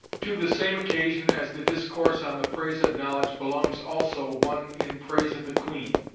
to the same occasion as the discourse on the praise of knowledge belongs, also, one in praise of the queen.